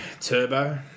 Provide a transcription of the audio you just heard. Turbo